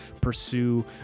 pursue